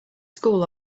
school